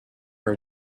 are